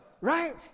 Right